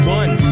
one